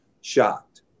shocked